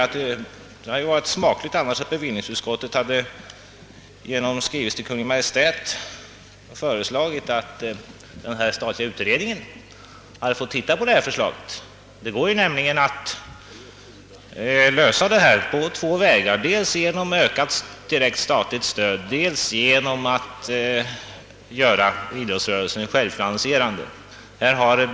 Det hade väl då varit smakligt, om bevillningsutskottet hade yrkat att riksdagen i skrivelse till Kungl Maj:t skulle hemställa att denna utredning skulle ta upp även motionens förslag. Det går nämligen att lösa detta problem på två vägar — dels genom ökat statligt stöd, dels genom att göra idrottsrörelsen självfinansierande.